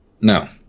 No